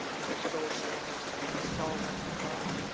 it was told samuel, saying, saul went to carmel,